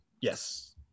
Yes